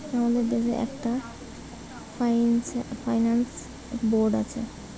আমাদের দেশে একটা ফাইন্যান্স বোর্ড আছে